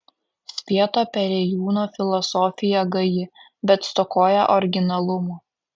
svieto perėjūno filosofija gaji bet stokoja originalumo